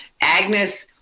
Agnes